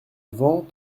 vent